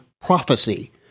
prophecy